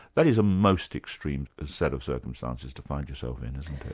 that is a most extreme set of circumstances to find yourself in, isn't it?